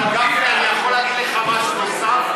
אבל גפני, אני יכול להגיד לך משהו נוסף?